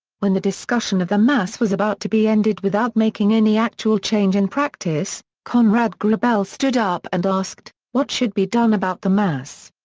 when the discussion of the mass was about to be ended without making any actual change in practice, conrad grebel stood up and asked what should be done about the mass?